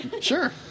Sure